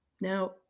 Now